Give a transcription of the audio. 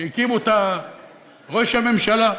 שהקים אותה ראש הממשלה.